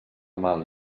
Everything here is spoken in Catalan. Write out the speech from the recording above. mal